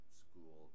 school